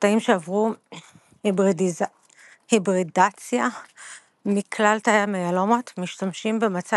התאים שעברו היברידיציה מכלל תאי המיאלומות משתמשים במצע